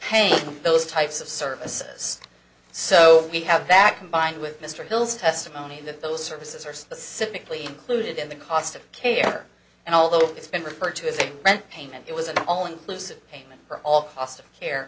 paying those types of services so we have that combined with mr hill's testimony that those services are specifically included in the cost of care and although it's been referred to as a rent payment it was an all inclusive payment for all cost of care